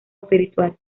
espiritual